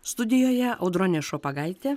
studijoje audronė šopagaitė